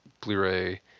Blu-ray